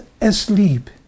asleep